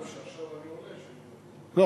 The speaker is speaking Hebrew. לא.